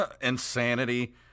insanity